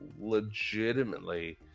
legitimately